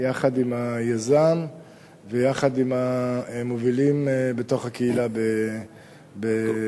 יחד עם היזם ויחד עם המובילים בתוך הקהילה בבית-ג'ן.